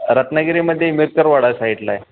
रत्नागिरीमध्ये मिरकरवाडा साईडला आहे